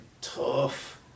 tough